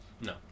No